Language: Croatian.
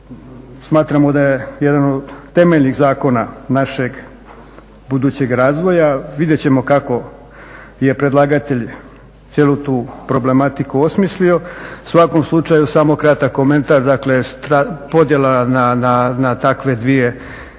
smatramo da je jedan od temeljnih zakona našeg budućeg razvoja. Vidjet ćemo kako je predlagatelj cijelu tu problematiku osmislio. U svakom slučaju samo kratak komentar, dakle podjela na takve dvije regije